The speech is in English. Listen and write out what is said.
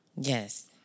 Yes